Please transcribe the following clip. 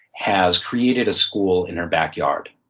has created a school in her backyard.